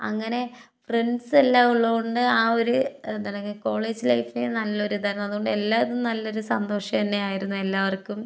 അങ്ങനെ ഫ്രണ്ട്സ് എല്ലാം ഉള്ളത് കൊണ്ട് ആ ഒരുഎന്താണെങ്കിൽ കോളേജ് ലൈഫെ നല്ലൊരിതായിരുന്നു അതുകൊണ്ട് എല്ലാതും നല്ലൊരു സന്തോഷം തന്നെയായിരുന്നു എല്ലാവർക്കും